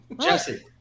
Jesse